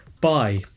Bye